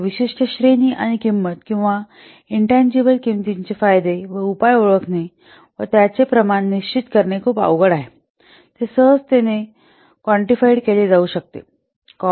तर विशिष्ट श्रेणी आणि किंमत किंवा अशा इंटनजिबल किंमतीचे फायदे आणि उपाय ओळखणे व त्याचे प्रमाण निश्चित करणे खूप अवघड आहे ते सहजतेने कॉन्टिफिएड केले जाऊ शकते